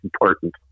important